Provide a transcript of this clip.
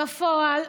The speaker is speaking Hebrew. בפועל,